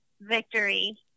victory